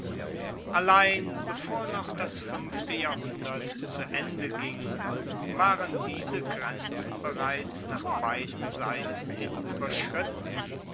allein bevor noch das fuenfte jahrhundert zu ende ging waren diese grenzen bereits nach beiden seiten hin ueberschritten